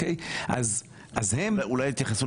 אולי התייחסו